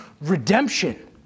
redemption